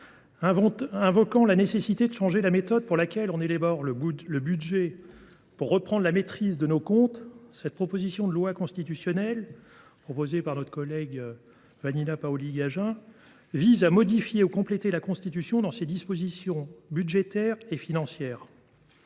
invoquant la nécessité de « changer la méthode par laquelle on élabore le budget » pour « reprendre la maîtrise de nos comptes », cette proposition de loi constitutionnelle, déposée par notre collègue Vanina Paoli Gagin, vise à modifier ou à compléter les dispositions budgétaires et financières